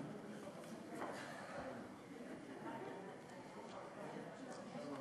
אולי נעביר חוק שלנאומי בכורה צריכים כולם